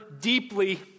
deeply